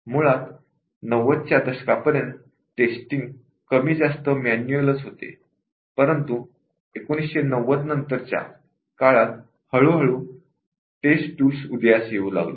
मुळात 90 च्या दशकापर्यंत टेस्टींग कमी जास्त प्रमाणात मॅन्युअल होते परंतु 1990 च्या नंतर हळूहळू टेस्ट टूल्स उदयास येऊ लागली